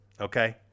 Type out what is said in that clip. okay